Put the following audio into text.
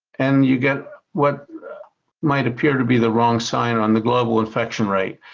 and you get what might appear to be the wrong sign on the global infection rate.